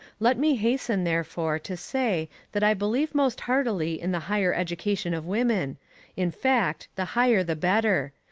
let me hasten, therefore, to say that i believe most heartily in the higher education of women in fact, the higher the better.